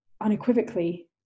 unequivocally